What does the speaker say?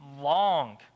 long